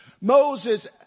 Moses